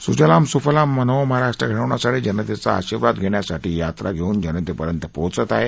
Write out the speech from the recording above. सुजलाम सुफलाम नवमहाराष्ट्र घडवण्यासाठी जनतेचा आशीर्वाद घेण्यासाठी यात्रा घेऊन जनतेपर्यंत पोहोचत आहे